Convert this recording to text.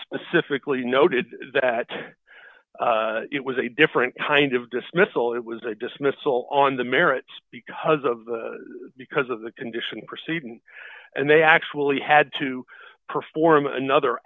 specifically noted that it was a different kind of dismissal it was a dismissal on the merits because of the because of the condition proceeding and they actually had to perform another